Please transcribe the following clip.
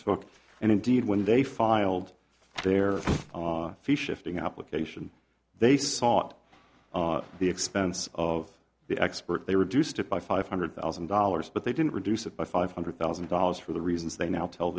took and indeed when they filed their fee shifting application they sought the expense of the expert they reduced it by five hundred thousand dollars but they didn't reduce it by five hundred thousand dollars for the reasons they now tell